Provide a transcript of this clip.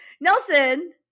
Nelson